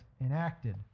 enacted